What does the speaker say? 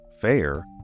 fair